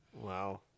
Wow